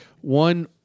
one